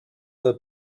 del